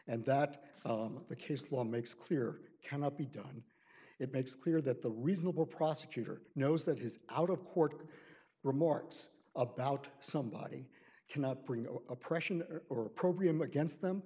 and that the case law makes clear cannot be done it makes clear that the reasonable prosecutor knows that his out of court remarks about somebody cannot bring oppression or opprobrium against them